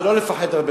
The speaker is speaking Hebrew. ולא לפחד הרבה